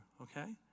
okay